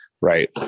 Right